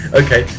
okay